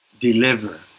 deliver